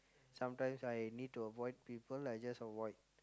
sometimes I need to avoid people I just avoid